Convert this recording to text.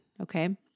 okay